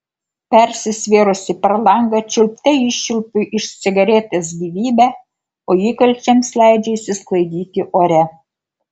persisvėrusi per langą čiulpte iščiulpiu iš cigaretės gyvybę o įkalčiams leidžiu išsisklaidyti ore